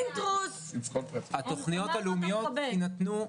התכניות הלאומיות יינתנו,